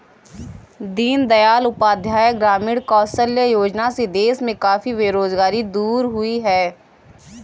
दीन दयाल उपाध्याय ग्रामीण कौशल्य योजना से देश में काफी बेरोजगारी दूर हुई है